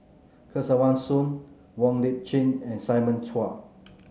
Kesavan Soon Wong Lip Chin and Simon Chua